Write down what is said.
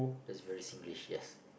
that's very Singlish yes